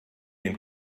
den